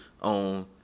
on